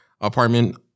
apartment